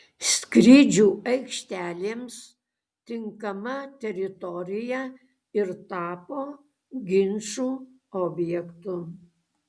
skrydžių aikštelėms tinkama teritorija ir tapo ginčų objektu